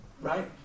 Right